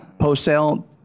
post-sale